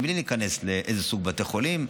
בלי להיכנס לאיזה סוג בתי חולים,